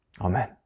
Amen